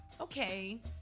okay